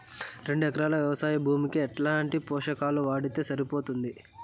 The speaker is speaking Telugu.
రెండు ఎకరాలు వ్వవసాయ భూమికి ఎట్లాంటి పోషకాలు వాడితే సరిపోతుంది?